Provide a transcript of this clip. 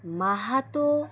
Mahato